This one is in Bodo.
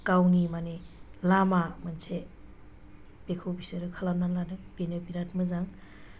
गावनि माने लामा मोनसे बेखौ बिसोरो खालामनानै लादों बेनो बिराद मोजां